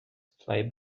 fly